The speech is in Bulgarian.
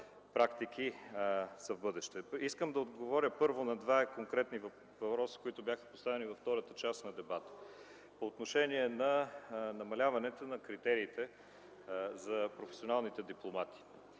практики в бъдеще. Искам да отговоря на два конкретни въпроса, които бяха поставени във втората част на дебата – по отношение на намаляването на критериите за професионалните дипломати.